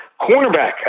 cornerback